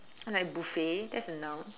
and like buffet that's a noun